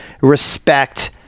respect